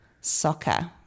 soccer